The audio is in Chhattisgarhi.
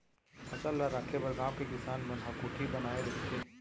फसल ल राखे बर गाँव के किसान मन ह कोठी बनाए रहिथे